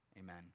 Amen